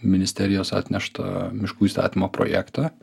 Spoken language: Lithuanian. ministerijos atneštą miškų įstatymo projektą